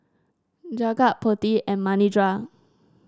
Jagat Potti and Manindra